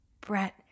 Brett